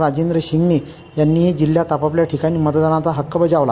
राजेंद्र शिंगणे यांनीही जिल्ह्यात आपापल्या ठिकाणी मतदानाचा हक्क बजावला